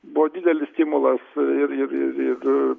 buvo didelis stimulas ir ir ir ir